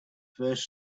first